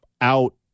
out